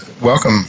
Welcome